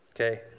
okay